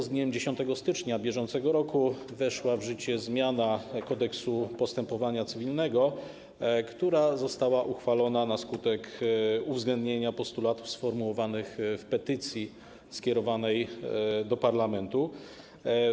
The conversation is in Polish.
Z dniem 10 stycznia br. weszła w życie zmiana Kodeksu postępowania cywilnego, która została uchwalona na skutek uwzględnienia postulatów sformułowanych w petycji skierowanej do parlamentu.